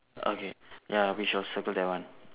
okay ya we shall circle that one